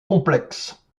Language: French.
complexes